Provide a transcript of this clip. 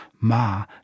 Ma